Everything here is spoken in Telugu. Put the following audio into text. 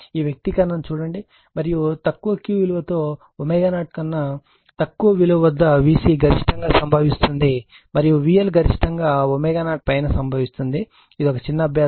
ఈ వ్యక్తీకరణను చూడండి మరియు తక్కువ Q విలువ తో ω0 కన్నా తక్కువ విలువ వద్ద VC గరిష్టంగా సంభవిస్తుంది మరియు VL గరిష్టంగా ω0 పైన సంభవిస్తుంది ఇది ఒక చిన్న అభ్యాసం